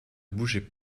bougeaient